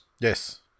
Yes